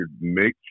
make